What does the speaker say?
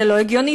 זה לא הגיוני,